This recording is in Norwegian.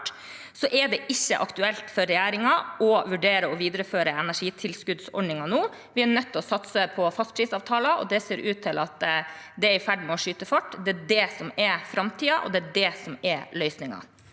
er det ikke aktuelt for regjeringen å vurdere å videreføre energitilskuddsordningen nå. Vi er nødt til å satse på fastprisavtaler, og det ser ut til at det er i ferd med å skyte fart. Det er det som er framtiden, og det er det som er løsningen.